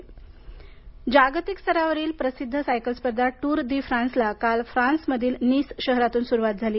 tour de France जागतिक स्तरावरील प्रसिद्ध सायकल स्पर्धा टूर दी फ्रांसला काल फ्रांसमधील नीस शहरातून सुरुवात झाली